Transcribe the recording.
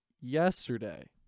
yesterday